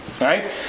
Right